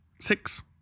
Six